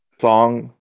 song